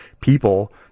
people